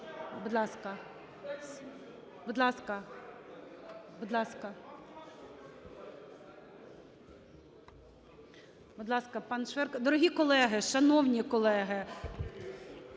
Дорогі колеги, шановні колеги,